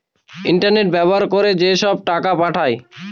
internet ব্যবহার করে যেসব টাকা পাঠায়